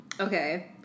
Okay